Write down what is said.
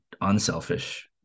unselfish